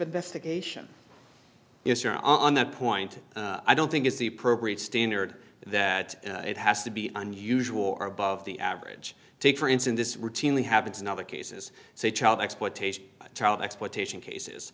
investigation yes you're on that point i don't think is the appropriate standard that it has to be unusual or above the average take for instance this routinely happens in other cases say child exploitation child exploitation cases